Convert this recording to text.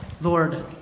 lord